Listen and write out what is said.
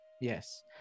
Yes